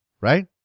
right